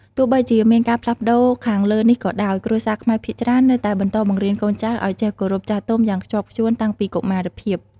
ទោះបីជាមានការផ្លាស់ប្ដូរខាងលើនេះក៏ដោយ គ្រួសារខ្មែរភាគច្រើននៅតែបន្តបង្រៀនកូនចៅឲ្យចេះគោរពចាស់ទុំយ៉ាងខ្ជាប់ខ្ជួនតាំងពីកុមារភាព។